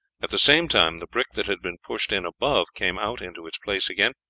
at the same time the brick that had been pushed in above came out into its place again,